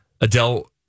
Adele